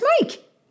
Mike